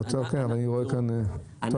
כן, אבל אותם אני מכיר קצת מקרוב.